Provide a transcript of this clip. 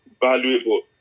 valuable